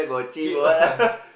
zip